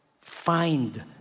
find